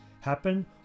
happen